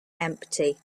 empty